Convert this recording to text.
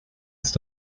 ist